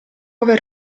aver